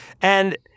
And-